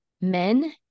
men